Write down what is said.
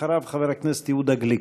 אחריו, חבר הכנסת יהודה גליק.